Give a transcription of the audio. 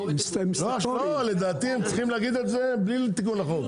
לא, לדעתי הם צריכים להגיד את זה בלי תיקון החוק.